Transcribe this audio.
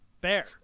Bear